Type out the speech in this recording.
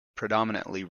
predominantly